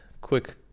Quick